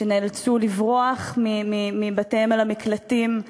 שנאלצו לברוח מבתיהם אל המקלטים,